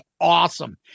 awesome